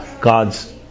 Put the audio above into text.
God's